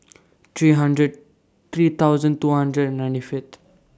three hundred three thousand two hundred and ninety Fifth